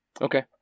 Okay